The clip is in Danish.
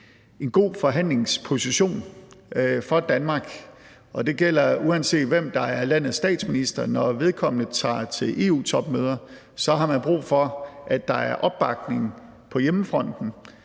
en god forhandlingsposition for Danmark, og det gælder, uanset hvem der er landets statsminister. Når vedkommende tager til EU-topmøder, har man brug for, at der er opbakning på hjemmefronten,